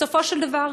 בסופו של דבר,